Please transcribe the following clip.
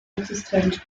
existent